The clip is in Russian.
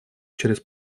чрез